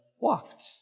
walked